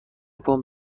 پمپ